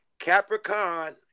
Capricorn